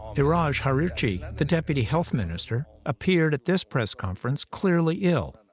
iraj harirchi, the deputy health minister, appeared at this press conference clearly ill,